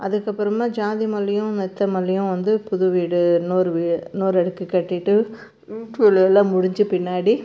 அதுக்கப்புறமா ஜாதி மல்லியும் நித்தமல்லியும் வந்து புது வீடு இன்னொரு இன்னொரு அடுக்கு கட்டிட்டு வீட்டு வேலை எல்லாம் முடித்த பின்னாடி